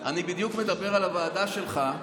אני בדיוק מדבר על הוועדה שלך.